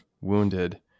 wounded